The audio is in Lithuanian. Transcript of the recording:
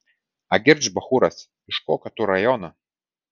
agirdž bachūras iš kokio tu rajono